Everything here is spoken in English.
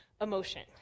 emotion